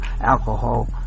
alcohol